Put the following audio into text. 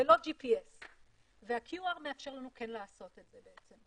ללא GPS. וה-QR מאפשר לנו כן לעשות את זה בעצם.